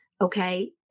Okay